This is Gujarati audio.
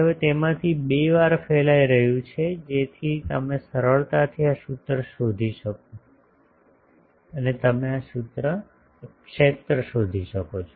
તેથી હવે તેમાંથી બે વાર ફેલાઇ રહ્યું છે જેથી તમે સરળતાથી આ સૂત્ર શોધી શકો જેથી તમે ક્ષેત્ર શોધી શકો